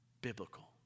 Biblical